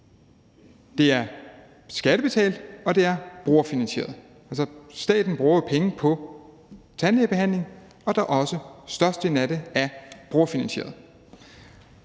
Det er skattebetalt, og det er brugerfinansieret. Altså, staten bruger jo penge på tandlægebehandling, og det er også, størstedelen af det, brugerfinansieret.